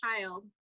child